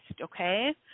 Okay